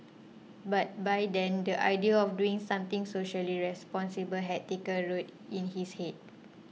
but by then the idea of doing something socially responsible had taken root in his head